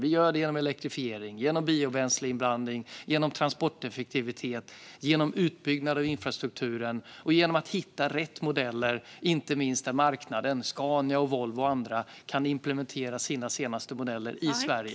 Vi gör detta genom elektrifiering, genom biobränsleinblandning, genom transporteffektivitet, genom utbyggnad av infrastrukturen och genom att hitta rätt modeller, där marknaden - Scania, Volvo och andra - kan implementera sina senaste modeller i Sverige.